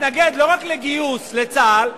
מתנגד לא רק לגיוס לצה"ל,